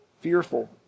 fearful